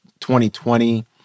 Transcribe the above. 2020